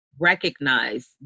recognize